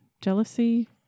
jealousy